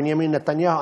בנימין נתניהו.